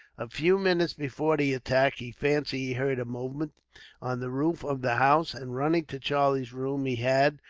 a few minutes before the attack, he fancied he heard a movement on the roof of the house and running to charlie's room he had,